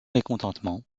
mécontentement